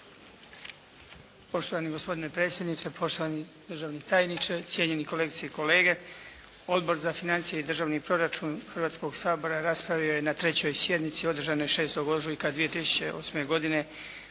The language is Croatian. Poštovani gospodine predsjedniče, poštovani državni tajniče, cijenjeni kolegice i kolege. Odbor za financije i državni proračun Hrvatskoga sabora raspravio je na 3. sjednici održanoj 6. ožujka 2008. godine